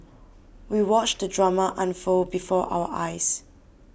we watched the drama unfold before our eyes